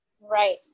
Right